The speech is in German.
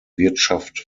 wirtschaft